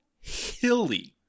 hilly